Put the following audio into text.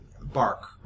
bark